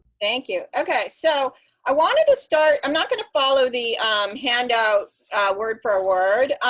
thank you. ok. so i wanted to start i'm not going to follow the handout word-for-word,